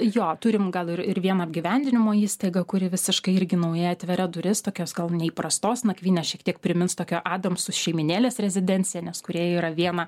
jo turim gal ir ir vieną apgyvendinimo įstaigą kuri visiškai irgi nauja atveria duris tokias gal neįprastos nakvynės šiek tiek primins tokią adamso šeimynėlės rezidenciją nes kūrėjai yra vieną